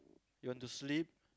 you want to sleep